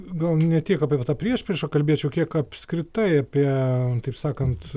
gal ne tiek apie tą priešpriešą kalbėčiau kiek apskritai apie taip sakant